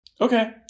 Okay